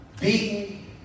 beaten